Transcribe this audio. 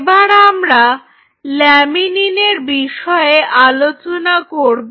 এবার আমরা ল্যামিনিনের বিষয়ে আলোচনা করব